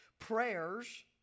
prayers